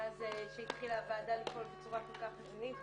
מאז שהתחילה הוועדה לפעול בצורה כל כך מבנית,